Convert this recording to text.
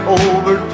over